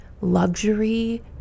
luxury